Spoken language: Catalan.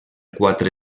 quatre